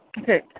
Okay